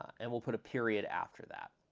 and we'll put a period after that.